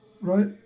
right